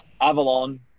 Avalon